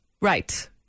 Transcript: Right